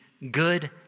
Good